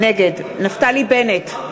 נגד נפתלי בנט,